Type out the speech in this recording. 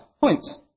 points